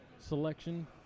selection